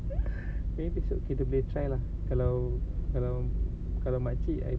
esok kita boleh try lah kalau kalau kalau makcik